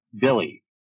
Billy